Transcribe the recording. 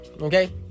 okay